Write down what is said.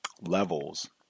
levels